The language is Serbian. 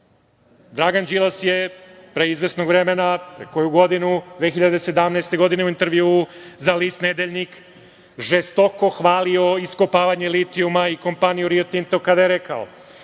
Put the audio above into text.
Dragan Đilas je pre izvesnog vremena, pre koju godinu, 2017. godine u intervjuu za list „Nedeljnik“ žestoko hvalio iskopavanje litijuma i kompaniju Rio Tinto kada je rekao